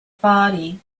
body